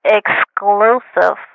exclusive